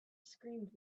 screamed